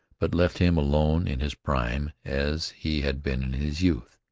but left him alone in his prime as he had been in his youth.